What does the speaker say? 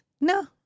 No